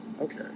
Okay